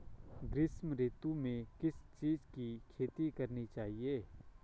ग्रीष्म ऋतु में किस चीज़ की खेती करनी चाहिये?